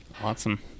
Awesome